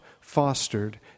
fostered